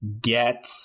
get